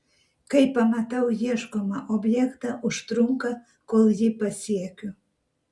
kai pamatau ieškomą objektą užtrunka kol jį pasiekiu